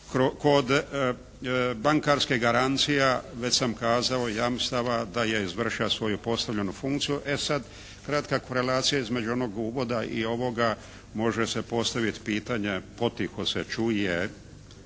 Kod bankarskih garancija već sam kazao, jamstava da je izvršila svoju postavljenu funkciju. E sada kratka korelacija između onog uvoda i ovoga može se postaviti pitanje, potiho se čuje